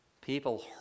People